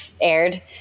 aired